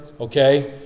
Okay